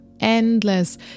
endless